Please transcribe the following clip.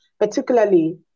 particularly